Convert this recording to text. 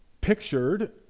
pictured